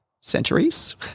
centuries